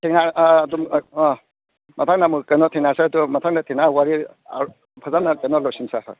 ꯑꯥ ꯑꯗꯨꯝ ꯑꯥ ꯑꯥ ꯃꯊꯪꯗ ꯑꯃꯨꯛ ꯀꯩꯅꯣ ꯊꯦꯡꯅꯔꯁꯦ ꯑꯗꯨ ꯃꯊꯪꯗ ꯊꯦꯡꯅꯔ ꯋꯥꯔꯤ ꯐꯖꯅ ꯀꯩꯅꯣ ꯂꯣꯏꯁꯤꯅꯁꯦ ꯍꯣꯏ